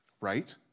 right